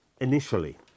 initially